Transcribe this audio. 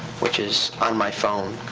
which is on my phone,